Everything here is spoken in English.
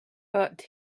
but